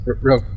Real